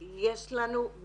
סליחה,